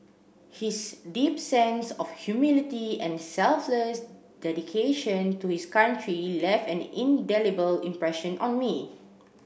his deep sense of humility and selfless dedication to his country left an indelible impression on me